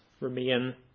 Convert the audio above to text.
remain